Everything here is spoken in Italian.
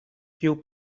più